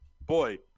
boy